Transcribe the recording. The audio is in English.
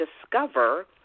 discover